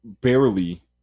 barely